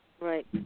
Right